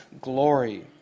glory